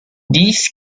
these